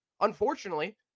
unfortunately